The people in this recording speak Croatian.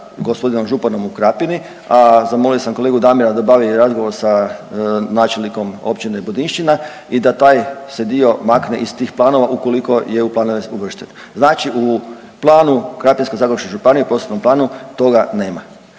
gospodinom županom u Krapini, a zamolio sam kolegu Damira da obavi i razgovor sa načelnikom Općine Budinščina i da taj se dio makne iz tih planova ukoliko je u planove uvršten. Znači u planu Krapinsko-zagorske županije, prostornom planu toga nema.